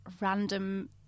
random